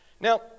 Now